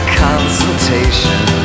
consultation